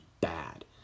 bad